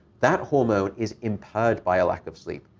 that hormone is impaired by a lack of sleep.